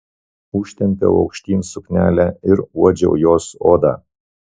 užtempiau aukštyn suknelę ir uodžiau jos odą